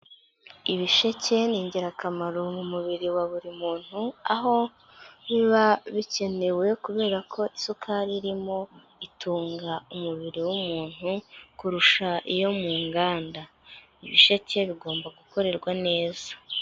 Ibisheke ni ingirakamaro mu mubiri wa buri muntu aho biba bikenewe kubera ko isukari irimo itunga umubiri w'umuntu kurusha iyo mu nganda, ibisheke bigomba gukorerwa neza.